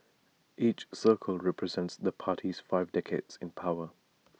each circle represents the party's five decades in power